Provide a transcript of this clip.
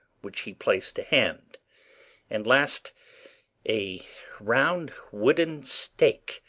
which he placed to hand and last a round wooden stake,